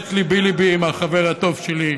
ליבי עם החבר הטוב שלי,